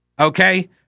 Okay